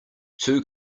two